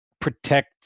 protect